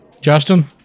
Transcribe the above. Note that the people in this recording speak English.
Justin